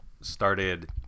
started